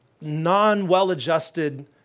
non-well-adjusted